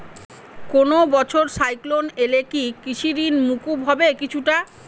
কোনো বছর সাইক্লোন এলে কি কৃষি ঋণ মকুব হবে কিছুটা?